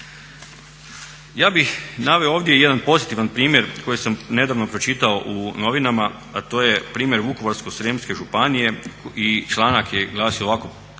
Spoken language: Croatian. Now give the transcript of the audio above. Ja bih naveo ovdje i jedan pozitivna primjer koji sam nedavno pročitao u novinama a to je primjer Vukovarsko-srijemske županije i članak je glasio ovako